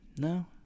No